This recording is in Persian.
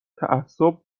تعصب